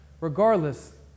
Regardless